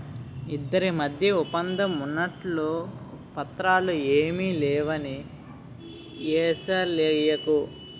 ఇద్దరి మధ్య ఒప్పందం ఉన్నట్లు పత్రాలు ఏమీ లేవని ఏషాలెయ్యకు